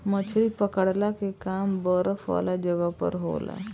मछली पकड़ला के काम बरफ वाला जगह पर होला